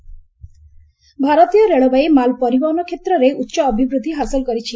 railway ଭାରତୀୟ ରେଳବାଇ ମାଲ୍ ପରିବହନ କ୍ଷେତ୍ରରେ ଉଚ୍ଚ ଅଭିବୃଦ୍ଧି ହାସଲ କରିଛି